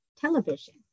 television